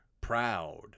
proud